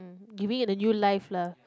giving it a new life lah